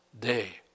day